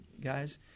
guys